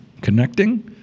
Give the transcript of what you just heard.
connecting